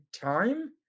time